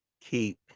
Keep